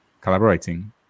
collaborating